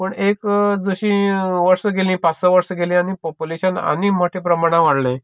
पूण एक तशीं वर्सां गेलीं पांच स वर्सां गेलीं आनी पोप्यूलेशन आनी मोठ्या प्रमाणान वाडलें